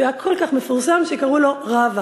שהיה כל כך מפורסם שקראו לו "רבא".